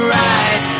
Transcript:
right